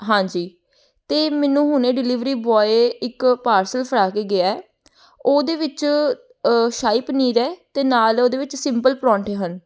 ਹਾਂਜੀ ਅਤੇ ਮੈਨੂੰ ਹੁਣੇ ਡਿਲੀਵਰੀ ਬੋਏ ਇੱਕ ਪਾਰਸਲ ਫੜਾ ਕੇ ਗਿਆ ਉਹਦੇ ਵਿੱਚ ਸ਼ਾਹੀ ਪਨੀਰ ਹੈ ਅਤੇ ਨਾਲ ਉਹਦੇ ਵਿੱਚ ਸਿੰਪਲ ਪਰੌਂਠੇ ਹਨ